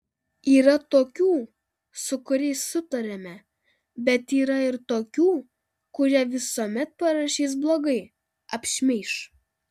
yra tokių su kuriais sutariame bet yra ir tokių kurie visuomet parašys blogai apšmeiš